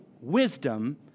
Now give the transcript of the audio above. wisdom